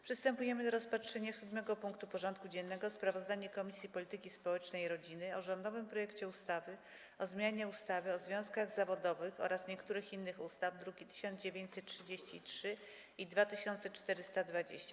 Przystępujemy do rozpatrzenia punktu 7. porządku dziennego: Sprawozdanie Komisji Polityki Społecznej i Rodziny o rządowym projekcie ustawy o zmianie ustawy o związkach zawodowych oraz niektórych innych ustaw (druki nr 1933 i 2420)